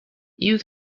you